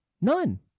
None